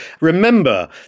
remember